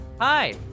Hi